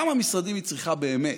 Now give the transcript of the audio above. כמה משרדים היא צריכה באמת,